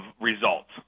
results